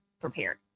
prepared